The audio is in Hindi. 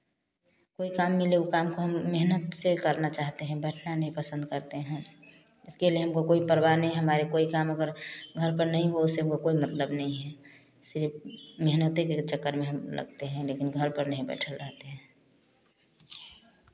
कोई काम मिले वह काम को हम मेहनत से करना चाहते हैं बैठना नहीं पसंद करते हैं इसके लिए हमको कोई प्रवाह नहीं हमारे कोई काम अगर घर पर नहीं हुआ उससे हमको कोई मतलब नहीं है सिर्फ़ मेहनत के चक्कर में हम लगते हैं लेकिन घर पर नहीं बैठे रहते हैं